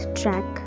track